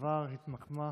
שכבר התמקמה,